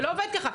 זה לא עובד ככה.